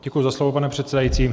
Děkuji za slovo, pane předsedající.